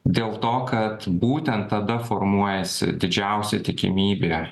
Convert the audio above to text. dėl to kad būtent tada formuojasi didžiausia tikimybė